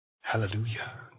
hallelujah